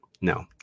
No